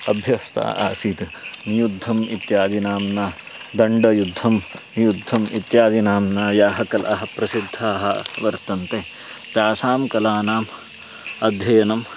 अभ्यस्ता आसीत् नियुद्धम् इत्यादि नाम्ना दण्डयुद्धं नियुद्धम् इत्यादि नाम्ना याः कलाः प्रसिद्धाः वर्तन्ते तासां कलानाम् अध्ययनम्